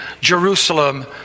Jerusalem